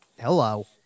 hello